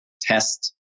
test